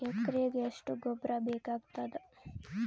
ಎಕರೆಗ ಎಷ್ಟು ಗೊಬ್ಬರ ಬೇಕಾಗತಾದ?